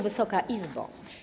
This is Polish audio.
Wysoka Izbo!